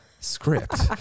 Script